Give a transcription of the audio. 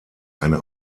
eine